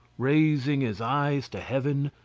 raising his eyes to heaven,